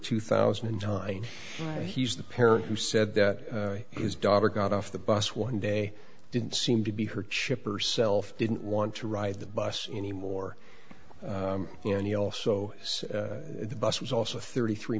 two thousand and nine but he's the parent who said that his daughter got off the bus one day didn't seem to be her chipper self didn't want to ride the bus anymore and he also said the bus was also thirty three